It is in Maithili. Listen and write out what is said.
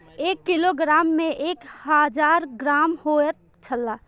एक किलोग्राम में एक हजार ग्राम होयत छला